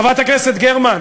חברת הכנסת גרמן,